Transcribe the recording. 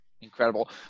incredible